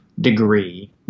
degree